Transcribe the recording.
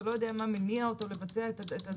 אתה לא יודע מה מניע אותו לבצע את זה.